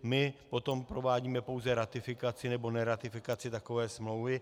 My potom provádíme pouze ratifikaci nebo neratifikaci takové smlouvy.